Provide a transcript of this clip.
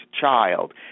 child